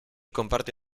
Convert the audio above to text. comparte